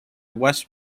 west